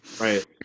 right